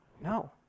No